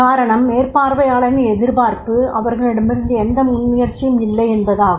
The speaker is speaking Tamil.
காரணம் மேற்பார்வையாளரின் எதிர்பார்ப்பு அவர்களிடமிருந்து எந்த முன்முயற்சியும் இல்லையென்பதாகும்